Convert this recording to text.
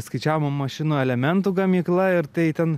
skaičiavimo mašinų elementų gamykla ir tai ten